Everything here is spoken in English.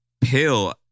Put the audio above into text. pill